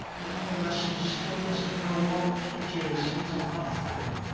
nevertheless, he still doesn't know what is he's after.